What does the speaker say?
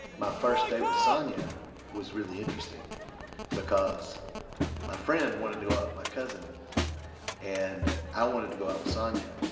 my first date with sonya was really interesting because my friend wanted to go out with my cousin and i wanted to go out with sonya.